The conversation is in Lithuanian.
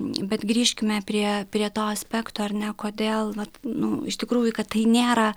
bet grįžkime prie prie to aspekto ar ne kodėl vat nu iš tikrųjų kad tai nėra